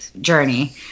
Journey